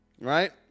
Right